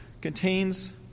contains